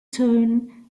turn